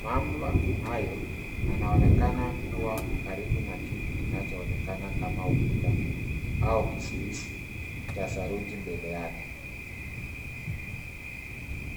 mamba hayo anaonekana kua karibu na kitu kinachoonekana kama ukuta au kusuizi cha saruji mbele yake.